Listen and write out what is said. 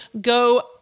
go